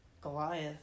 Goliath